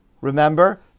Remember